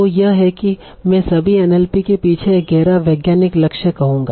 तो यह है कि मैं सभी एनएलपी के पीछे एक गहरा वैज्ञानिक लक्ष्य कहूंगा